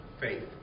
Faith